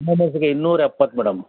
ಇನ್ನೂರ ಎಪ್ಪತ್ತು ಮೇಡಮ್